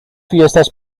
fiestas